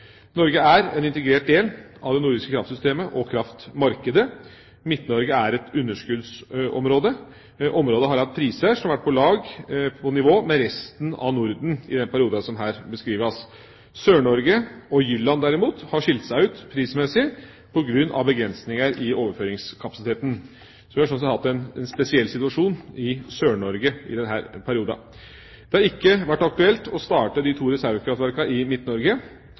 Norge er en integrert del av det nordiske kraftsystemet og kraftmarkedet. Midt-Norge er et underskuddsområde. Området har hatt priser som har vært om lag på nivå med resten av Norden i den perioden som her beskrives. Sør-Norge og Jylland, derimot, har skilt seg ut prismessig på grunn av begrensninger i overføringskapasiteten. Sånn sett har vi hatt en spesiell situasjon i Sør-Norge i denne perioden. Det har ikke vært aktuelt å starte de to reservekraftverkene i